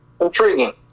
intriguing